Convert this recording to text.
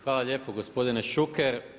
Hvala lijepo gospodine Šuker.